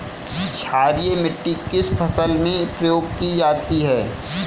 क्षारीय मिट्टी किस फसल में प्रयोग की जाती है?